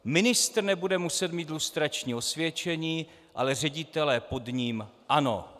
Ministr nebude muset mít lustrační osvědčení, ale ředitelé pod ním ano.